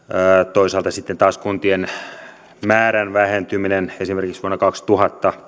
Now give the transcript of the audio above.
toisaalta sitten taas kuntien määrän vähentyminen esimerkiksi vuonna kaksituhatta